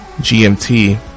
GMT